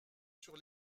sur